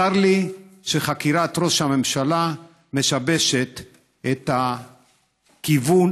צר לי שחקירת ראש הממשלה משבשת את הכיוון